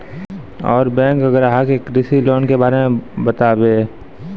और बैंक ग्राहक के कृषि लोन के बारे मे बातेबे?